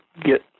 get